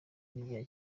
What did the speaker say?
n’ibya